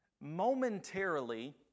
momentarily